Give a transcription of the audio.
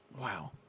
Wow